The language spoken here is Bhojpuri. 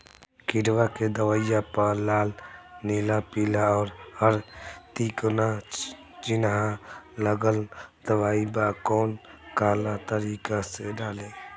किड़वा के दवाईया प लाल नीला पीला और हर तिकोना चिनहा लगल दवाई बा कौन काला तरकारी मैं डाली?